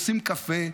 עושים קפה,